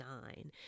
nine